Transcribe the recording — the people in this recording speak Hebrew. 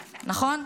נכון?